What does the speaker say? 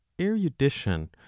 erudition